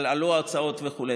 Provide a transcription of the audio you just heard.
עלו ההצעות וכו'.